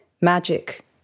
Magic